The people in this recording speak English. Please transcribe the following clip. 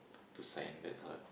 to sign that's all